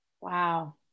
Wow